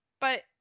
But-